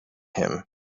him